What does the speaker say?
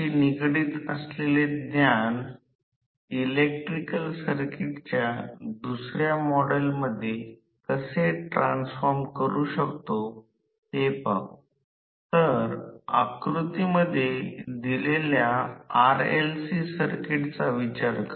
तर आकृतीत दर्शविल्याप्रमाणे 3 स्टेजसाठी स्टेटर आणि रोटर वाऊंड च्या दोन्ही बाजूंनी दंडगोलाकार रोटर मशीनचा विचार करा